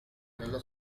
nella